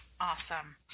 awesome